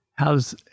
How's